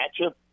matchup